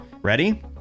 Ready